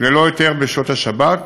ללא היתר בשעות השבת.